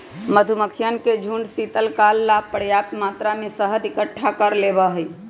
मधुमक्खियन के झुंड शीतकाल ला पर्याप्त मात्रा में शहद इकट्ठा कर लेबा हई